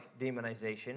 demonization